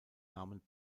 namen